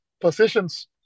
positions